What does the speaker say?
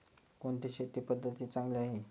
कोणती शेती पद्धती चांगली आहे?